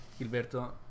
Gilberto